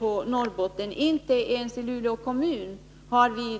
I Norrbotten har inte ens Luleå kommun